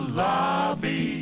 lobby